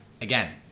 again